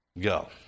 go